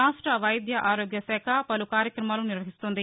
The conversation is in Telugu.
రాష్ట వైద్య ఆరోగ్య శాఖ పలు కార్యక్రమాలు నిర్వహిస్తోంది